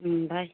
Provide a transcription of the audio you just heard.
ꯎꯝ ꯚꯥꯏ